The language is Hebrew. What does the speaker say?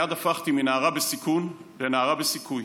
מייד הפכתי מנערה בסיכון לנערה בסיכוי.